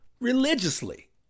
religiously